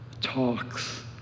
Talks